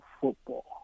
football